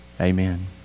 Amen